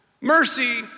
Mercy